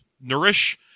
Nourish